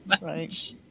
Right